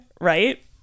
right